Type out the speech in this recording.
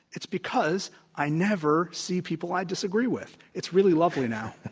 it's because i never see people i disagree with. it's really lovely now.